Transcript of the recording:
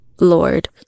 Lord